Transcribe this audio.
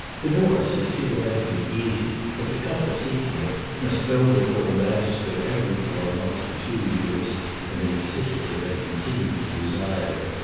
divorce is theoretically easy, but the couple seeking it must go before a magistrate every four months for two years and insist that they continue to desire it.